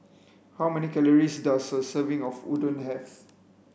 how many calories does a serving of Udon have